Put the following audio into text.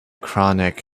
chronic